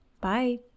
Bye